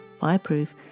fireproof